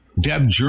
Deb